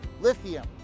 lithium